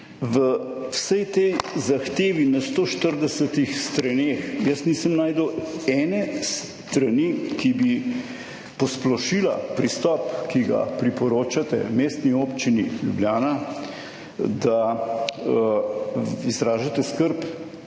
v vsej tej zahtevi na 140. straneh, jaz nisem našel ene strani, ki bi posplošila pristop, ki ga priporočate Mestni občini Ljubljana, da izražate skrb,